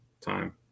time